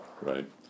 right